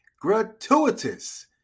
gratuitous